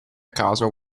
caso